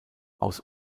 aus